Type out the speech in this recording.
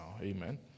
Amen